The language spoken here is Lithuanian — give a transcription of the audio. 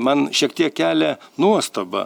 man šiek tiek kelia nuostabą